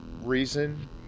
reason